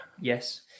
Yes